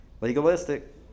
Legalistic